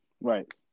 Right